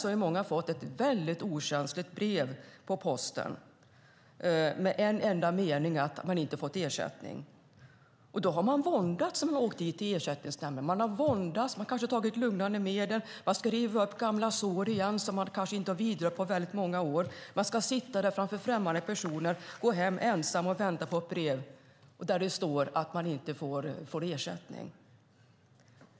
Nu har många fått ett mycket okänsligt brev på posten med en enda mening om att de inte har fått ersättning. De har våndats när de har åkt till Ersättningsnämnden. De har kanske tagit lugnande medel. Gamla sår som de kanske inte har vidrört på väldigt många år rivs upp igen. De ska sitta där framför främmande personer och gå hem ensamma och vänta på ett brev där det står att de inte får ersättning.